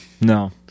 no